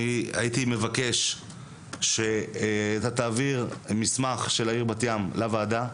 הייתי מבקש שאתה תעביר מסמך של העיר בת ים לוועדה,